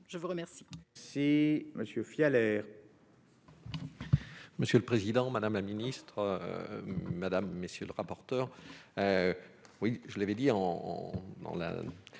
je vous remercie.